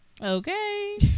Okay